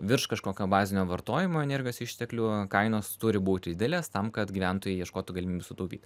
virš kažkokio bazinio vartojimo energijos išteklių kainos turi būt didelės tam kad gyventojai ieškotų galimybių sutaupyt